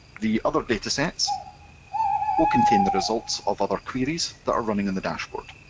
the other datasets will contain the results of other queries that are running in the dashboard.